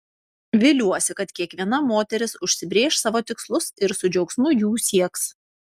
viliuosi kad kiekviena moteris užsibrėš savo tikslus ir su džiaugsmu jų sieks